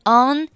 on